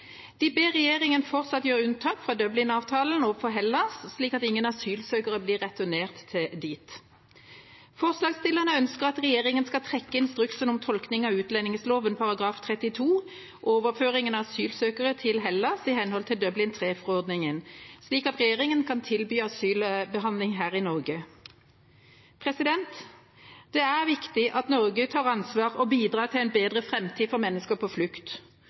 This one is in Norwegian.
De ber regjeringa fortsatt gjøre unntak fra Dublin-avtalen overfor Hellas, slik at ingen asylsøkere blir returnert dit. Forslagsstillerne ønsker at regjeringa skal trekke instruksen om tolkning av utlendingsloven § 32 – overføring av asylsøkere til Hellas i henhold til Dublin III-forordningen – slik at regjeringa kan tilby asylbehandling her i Norge. Det er viktig at Norge tar ansvar og bidrar til en bedre framtid for mennesker på flukt.